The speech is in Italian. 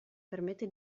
permette